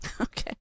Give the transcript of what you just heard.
Okay